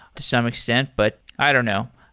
to some extent, but i don't know.